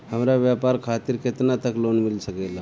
हमरा व्यापार खातिर केतना तक लोन मिल सकेला?